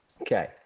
Okay